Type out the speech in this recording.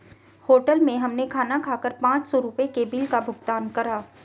hotel में हमने खाना खाकर पाँच सौ रुपयों के बिल का भुगतान करा